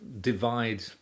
divide